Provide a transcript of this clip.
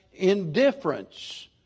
indifference